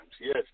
yes